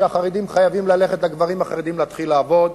שהגברים החרדים חייבים ללכת להתחיל לעבוד,